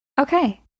Okay